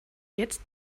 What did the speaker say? jetzt